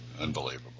Unbelievable